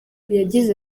yagize